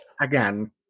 Again